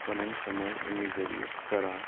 پَنٕنۍ کمٲے امی ذٔریعہٕ کَران